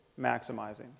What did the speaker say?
maximizing